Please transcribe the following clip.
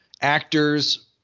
actors